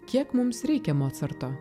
kiek mums reikia mocarto